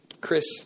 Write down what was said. Chris